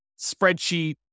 spreadsheet